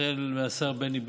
החל מהשר בני בגין,